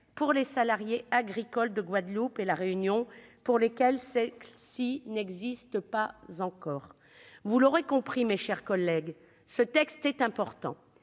pour les salariés agricoles de la Guadeloupe et de La Réunion, pour qui elle n'existe pas encore. Vous l'aurez compris, mes chers collègues, ce texte est important.